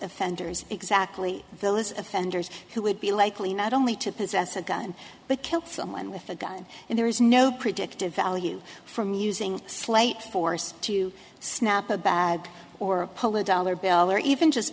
offenders exactly those offenders who would be likely not only to possess a gun but kill someone with a gun and there is no predictive value from using slight force to snap a bag or poll a dollar bill or even just